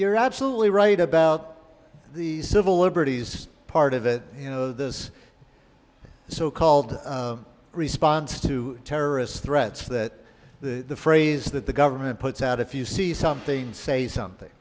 you're absolutely right about the civil liberties part of it you know this so called response to terrorist threats that the phrase that the government puts out if you see something say something